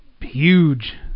Huge